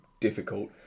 difficult